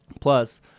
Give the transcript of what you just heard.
Plus